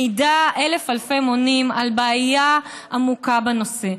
מעידה אלף אלפי מונים על בעיה עמוקה בנושא.